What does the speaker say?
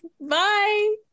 bye